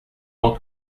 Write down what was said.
ans